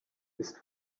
his